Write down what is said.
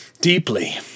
deeply